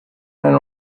and